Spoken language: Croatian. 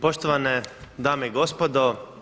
Poštovane dame i gospodo.